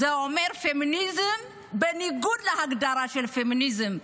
זה אומר פמיניזם בניגוד להגדרה של פמיניזם.